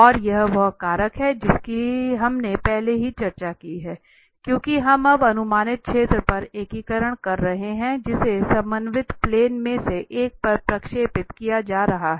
और यह वह कारक है जिसकी हमने पहले ही चर्चा की है क्योंकि हम अब अनुमानित क्षेत्र पर एकीकरण कर रहे हैं जिसे समन्वित प्लेन में से एक पर प्रक्षेपित किया जा रहा है